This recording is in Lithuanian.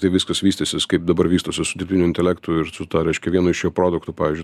taip viskas vystysis kaip dabar vystosi su dirbtiniu intelektu ir su tuo reiškia vienu iš jo produktų pavyzdžiui